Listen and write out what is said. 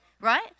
right